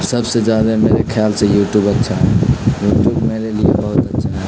سب سے زیادہ میرے خیال سے یوٹیوب اچھا ہے یوٹیوب میرے لیے بہت اچھا ہے